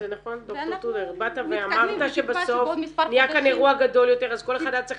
ד"ר תודר באת ואמרת שבסוף היה כאן אירוע גדול יותר אז כל אחד היה צריך